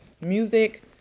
music